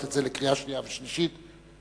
את זה לקריאה שנייה וקריאה שלישית עדיין.